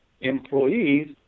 employees